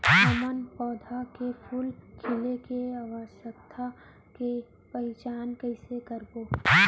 हम पौधा मे फूल खिले के अवस्था के पहिचान कईसे करबो